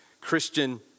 Christian